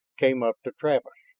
came up to travis.